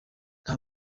nta